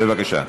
בבקשה.